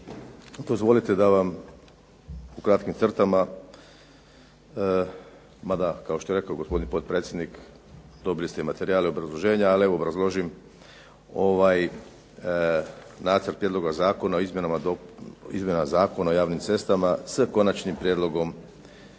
Dozvolite da vam u kratkim crtama mada kao što je rekao gospodin potpredsjednik, dobili ste materijal i obrazloženje, ali da vam obrazložim, ovaj Nacrt prijedloga zakona o izmjenama i dopunama zakona o javnim cestama s Konačnim prijedlogom